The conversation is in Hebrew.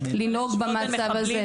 לנהוג במצב הזה.